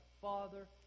Father